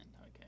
Okay